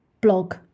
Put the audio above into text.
Blog